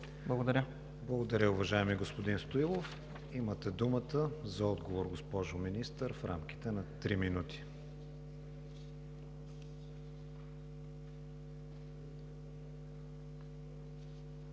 ВИГЕНИН: Благодаря, уважаеми господин Стоилов. Имате думата за отговор, госпожо Министър, в рамките на три минути.